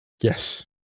Yes